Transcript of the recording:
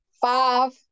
five